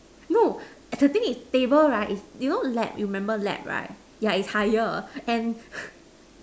no the thing is table right is you know lab you remember lab right yeah is higher and